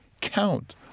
count